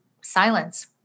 silence